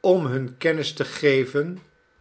om hun kennis te geven